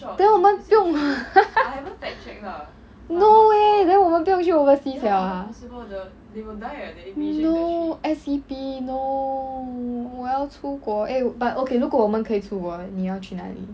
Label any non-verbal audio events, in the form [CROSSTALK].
then 我们不用 [LAUGHS] no way then 我们不用去 overseas liao ah no S_E_P no 我要出国 eh but okay 如果我们可以出国你要去哪里